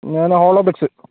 ഞാൻ ഹോളോബെറ്റ്സ്